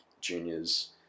juniors